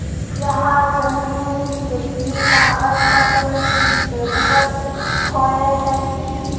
यहात जमीन के भी कागज पत्र की जरूरत होय है की?